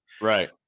right